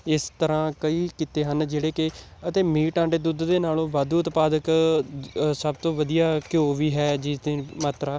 ਇਸ ਤਰ੍ਹਾਂ ਕਈ ਕਿੱਤੇ ਹਨ ਜਿਹੜੇ ਕਿ ਅਤੇ ਮੀਟ ਆਂਡੇ ਦੁੱਧ ਦੇ ਨਾਲੋਂ ਵਾਧੂ ਉਤਪਾਦਕ ਸਭ ਤੋਂ ਵਧੀਆ ਘਿਓ ਵੀ ਹੈ ਜਿਸਦੀ ਮਾਤਰਾ